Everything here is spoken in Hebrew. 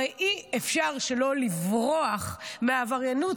הרי אי-אפשר שלא לברוח מעבריינות,